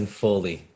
fully